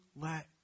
let